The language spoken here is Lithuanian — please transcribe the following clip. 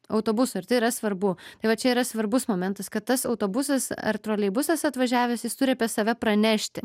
autobuso ir tai yra svarbu tai va čia yra svarbus momentas kad tas autobusas ar troleibusas atvažiavęs jis turi apie save pranešti